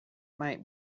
might